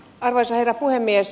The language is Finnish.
arvoisa herra puhemies